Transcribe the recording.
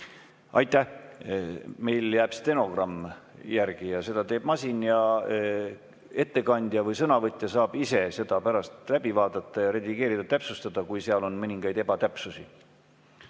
Aitäh! Meil jääb stenogramm järgi. Seda teeb masin. Ettekandja või sõnavõtja saab ise seda pärast läbi vaadata ja redigeerida-täpsustada, kui seal on mõningaid ebatäpsusi.